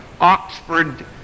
Oxford